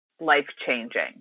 life-changing